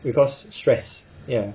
because stress ya